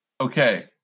Okay